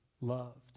loved